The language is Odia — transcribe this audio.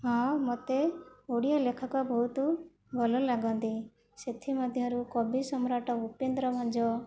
ହଁ ମୋତେ ଓଡ଼ିଆ ଲେଖକ ବହୁତ ଭଲ ଲାଗନ୍ତି ସେଥିମଧ୍ୟରୁ କବିସମ୍ରାଟ ଉପେନ୍ଦ୍ର ଭଞ୍ଜ